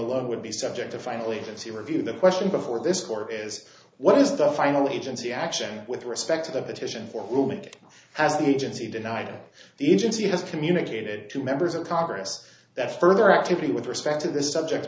alone would be subject to finally see review the question before this court is what is the final agency action with respect to the petition for whom it has the agency denied the agency has communicated to members of congress that further activity with respect to the subject